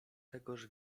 tegoż